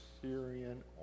Syrian